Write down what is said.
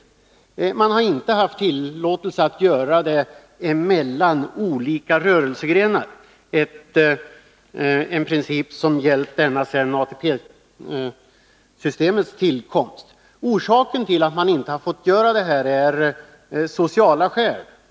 Däremot har man inte haft tillåtelse att kvitta mellan olika rörelsegrenar, en princip som gällt sedan ATP-systemet tillkom. Orsaken till att man inte har fått göra det är rent social.